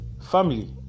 family